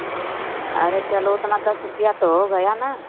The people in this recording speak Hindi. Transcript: आरे चलो उतना दस रुपया तो हो गया न